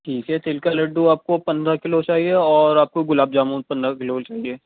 ٹھیک ہے تل کا لڈو آپ کو پندرہ کلو چاہیے اور آپ کو گلاب جامن پندرہ کلو چاہیے